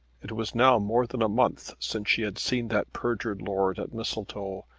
it was now more than a month since she had seen that perjured lord at mistletoe,